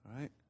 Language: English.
right